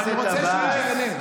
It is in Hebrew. אני רוצה שהוא יענה.